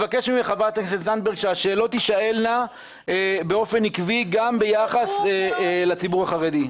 שהשאלות תישאלנה באופן עקבי גם ביחס לציבור החרדי.